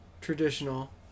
traditional